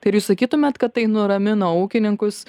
tai ar jūs sakytumėt kad tai nuramino ūkininkus